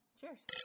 Cheers